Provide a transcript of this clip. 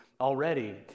already